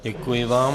Děkuji vám.